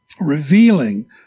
revealing